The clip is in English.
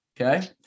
Okay